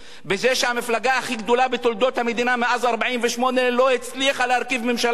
בזה שהמפלגה הכי גדולה בתולדות המדינה מאז 1948 לא הצליחה להרכיב ממשלה,